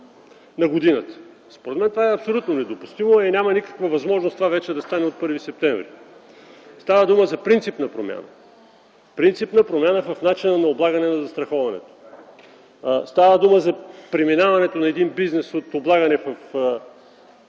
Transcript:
на годината? Според мен това е абсолютно недопустимо, а и няма вече никаква възможност това да стане от 1 септември. Става дума за принципна промяна – принципна промяна в начина на облагане на застраховането. Става дума за преминаването на един бизнес от корпоративно